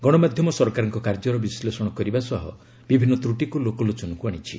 ଗଣମାଧ୍ୟମ ସରକାରଙ୍କ କାର୍ଯ୍ୟର ବିଶ୍ଳେଷଣ କରିବା ସହ ବିଭିନ୍ନ ତୃଟିକୁ ଲୋକଲୋଚନକୁ ଆଶିଛି